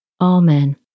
Amen